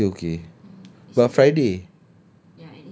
and she say okay but friday